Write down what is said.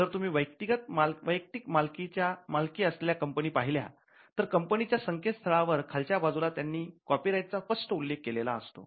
जर तुम्ही वैयक्तिक मालकी असलेल्या कंपनी पाहिल्या तर कंपनीच्या संकेत स्थळावर खालच्या बाजूला त्यांनी कॉपीराईट चा स्पष्ट उल्लेख केलेला असतो